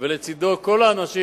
ולצדו כל האנשים